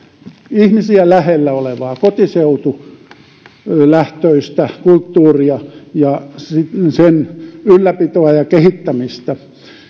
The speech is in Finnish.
ihmisiä lähellä olevaa kotiseutulähtöistä kulttuuria ja sen ylläpitoa ja kehittämistä